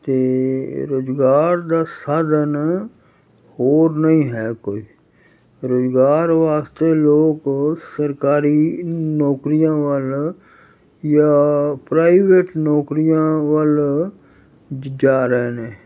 ਅਤੇ ਰੁਜ਼ਗਾਰ ਦਾ ਸਾਧਨ ਹੋਰ ਨਹੀਂ ਹੈ ਕੋਈ ਰੁਜ਼ਗਾਰ ਵਾਸਤੇ ਲੋਕ ਸਰਕਾਰੀ ਨੌਕਰੀਆਂ ਵੱਲ ਜਾਂ ਪ੍ਰਾਈਵੇਟ ਨੌਕਰੀਆਂ ਵੱਲ ਜ ਜਾ ਰਹੇ ਨੇ